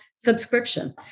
Subscription